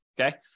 Okay